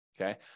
Okay